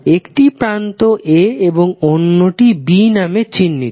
একটি প্রান্ত a এবং অন্যটি b নামে চিহ্নিত